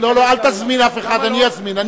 לא לא, אל תזמין אף אחד, אני אזמין.